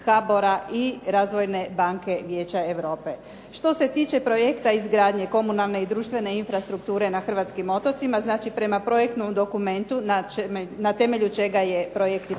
HABOR-a i Razvojne banke Vijeća Europe. Što se tiče projekta izgradnje komunalne i društvene infrastrukture na hrvatskim otocima, znači prema projektnom dokumentu na temelju čega je i projekt